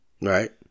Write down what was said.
Right